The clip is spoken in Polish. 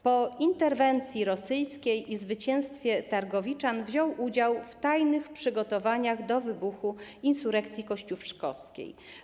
Po interwencji rosyjskiej i zwycięstwie targowiczan wziął udział w tajnych przygotowaniach do wybuchu Insurekcji Kościuszkowskiej.